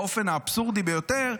באופן האבסורדי ביותר,